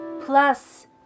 Plus